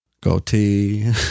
Goatee